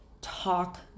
talk